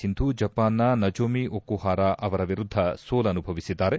ಸಿಂಧು ಜಪಾನ್ನ Nozomi Okuhara ಅವರ ವಿರುದ್ದ ಸೋಲನುಭವಿಸಿದ್ದಾರೆ